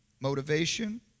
motivation